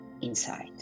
inside